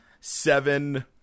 seven